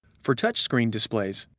for touchscreen displays,